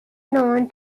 known